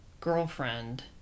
girlfriend